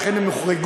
ולכן הם הוחרגו,